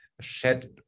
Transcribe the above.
shed